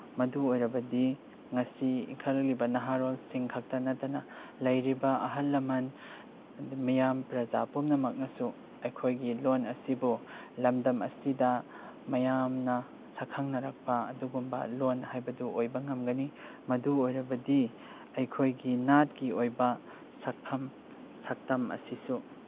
ꯃꯗꯨ ꯑꯣꯏꯔꯕꯗꯤ ꯉꯁꯤ ꯏꯪꯈꯠꯂꯛꯂꯤꯕ ꯅꯍꯥꯔꯣꯜꯁꯤꯡ ꯈꯛꯇ ꯅꯠꯇꯅ ꯂꯩꯔꯤꯕ ꯑꯍꯜ ꯂꯃꯟ ꯑꯗꯨ ꯃꯤꯌꯥꯝ ꯄ꯭ꯔꯖꯥ ꯄꯨꯝꯅꯃꯛꯅꯁꯨ ꯑꯩꯈꯣꯏꯒꯤ ꯂꯣꯟ ꯑꯁꯤꯕꯨ ꯂꯝꯗꯝ ꯑꯁꯤꯗ ꯃꯌꯥꯝꯅ ꯁꯛꯈꯪꯅꯔꯛꯄ ꯑꯗꯨꯒꯨꯝꯕ ꯂꯣꯟ ꯍꯥꯏꯕꯗꯨ ꯑꯣꯏꯕ ꯉꯝꯒꯅꯤ ꯃꯗꯨ ꯑꯣꯏꯔꯕꯗꯤ ꯑꯩꯈꯣꯏꯒꯤ ꯅꯥꯠꯀꯤ ꯑꯣꯏꯕ ꯁꯛꯇꯝ ꯑꯁꯤꯁꯨ